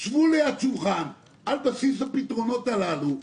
שבו ליד שולחן על בסיס הפתרונות הללו,